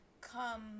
come